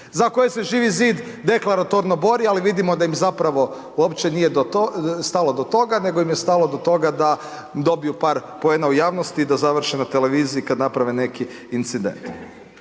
za koje se Živi zid deklaratorno bori ali vidimo da im zapravo uopće nije do toga, stalo do toga, nego im je stalo do toga da dobiju par poena u javnosti i da završe na televiziji kad naprave neki incident.